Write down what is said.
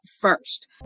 first